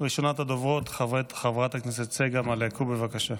ראשונת הדוברות, חברת הכנסת צגה מלקו, בבקשה.